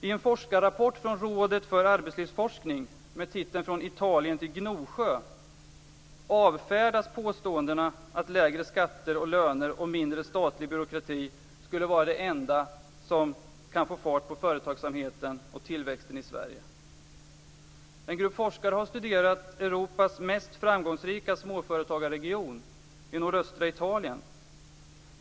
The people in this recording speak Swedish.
I en forskarrapport från Rådet för arbetslivsforskning med titeln Från Italien till Gnosjö avfärdas påståendena om att lägre skatter och löner och mindre statlig byråkrati är det enda som kan få fart på företagsamheten och tillväxten i Sverige. En grupp forskare har studerat Europas mest framgångsrika småföretagarregion, i nordöstra Italien.